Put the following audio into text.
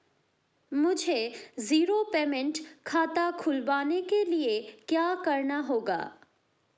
मुझे zero payment खाता खुलवाने के लिए क्या करना होगा?